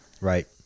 Right